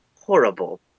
horrible